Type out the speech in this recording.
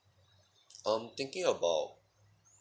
I'm thinking about